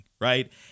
right